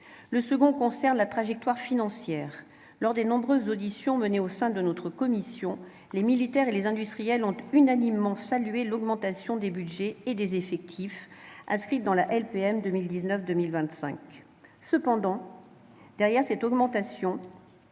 point concerne la trajectoire financière. Lors des nombreuses auditions menées au sein de notre commission, les militaires et les industriels ont unanimement salué l'augmentation des budgets et des effectifs inscrite dans la LPM 2019-2025. Cependant, derrière cette augmentation,